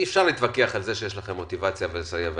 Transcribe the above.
אפשר להתווכח על זה שיש לכם מוטיבציה לסייע ולעזור,